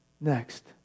next